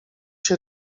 się